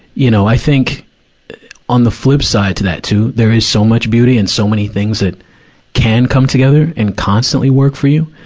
you know, i think on the flipside to that, too, there is so much beauty and so many things that can come together and constantly work for you.